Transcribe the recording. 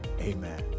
Amen